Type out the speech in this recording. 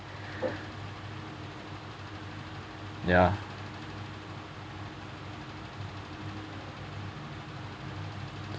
ya